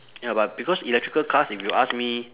ya but because electrical cars if you ask me